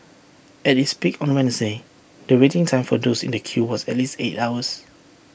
at its peak on the Wednesday the waiting time for those in the queue was at least eight hours